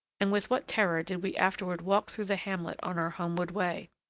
and with what terror did we afterward walk through the hamlet on our homeward way!